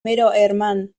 herman